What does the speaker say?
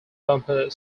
bumper